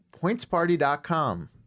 PointsParty.com